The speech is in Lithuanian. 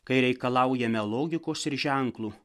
kai reikalaujame logikos ir ženklų